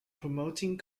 promoting